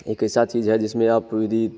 एक ऐसी चीज है जिसमें आप यदि